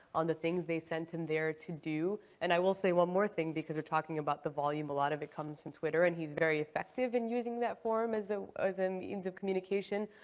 on the things they sent him there to do. and i will say one more thing, because we're talking about the volume. a lot of it comes from twitter, and he's very effective in using that form as a as a means of communication.